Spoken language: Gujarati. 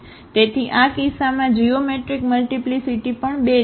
તેથી આ કિસ્સામાં જીઓમેટ્રિક મલ્ટીપ્લીસીટી પણ 2 છે